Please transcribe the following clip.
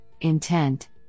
intent